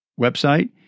website